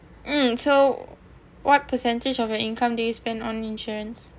mm so what percentage of your income do you spend on insurance